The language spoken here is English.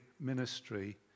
ministry